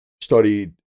Studied